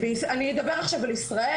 אני אדבר עכשיו על ישראל,